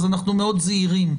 אז אנחנו מאוד זהירים.